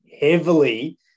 heavily